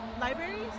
libraries